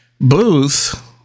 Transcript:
Booth